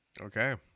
Okay